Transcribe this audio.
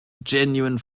genuine